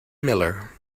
miller